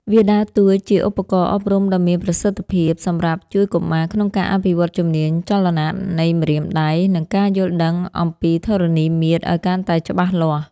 វាដើរតួជាឧបករណ៍អប់រំដ៏មានប្រសិទ្ធភាពសម្រាប់ជួយកុមារក្នុងការអភិវឌ្ឍជំនាញចលនានៃម្រាមដៃ និងការយល់ដឹងអំពីធរណីមាត្រឱ្យកាន់តែច្បាស់លាស់។